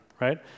right